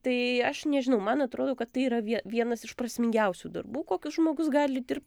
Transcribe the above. tai aš nežinau man atrodo kad tai yra vie vienas iš prasmingiausių darbų kokius žmogus gali dirbt